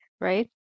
Right